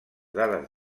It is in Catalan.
dades